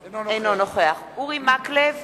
אינו נוכח אורי מקלב,